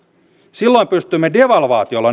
silloin pystyimme devalvaatiolla